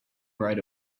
right